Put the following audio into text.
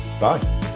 Bye